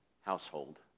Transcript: household